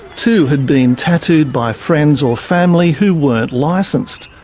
two had been tattooed by friends or family who weren't licensed.